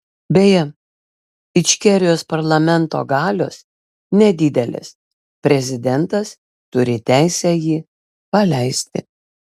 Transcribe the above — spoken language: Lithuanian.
beje ičkerijos parlamento galios nedidelės prezidentas turi teisę jį paleisti